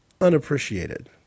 unappreciated